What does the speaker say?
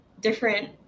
different